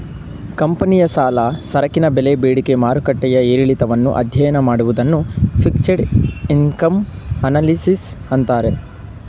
ಕಂಪನಿಯ ಸಾಲ, ಸರಕಿನ ಬೆಲೆ ಬೇಡಿಕೆ ಮಾರುಕಟ್ಟೆಯ ಏರಿಳಿತವನ್ನು ಅಧ್ಯಯನ ಮಾಡುವುದನ್ನು ಫಿಕ್ಸೆಡ್ ಇನ್ಕಮ್ ಅನಲಿಸಿಸ್ ಅಂತಾರೆ